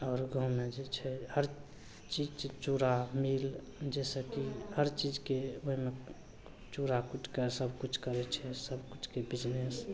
आओर गाममे जे छै हर चीज चूड़ा मिल जइसेकि हर चीजके ओहिमे चूड़ा कुटिके सबकिछु करै छै सबकिछुके बिजनेस